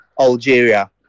Algeria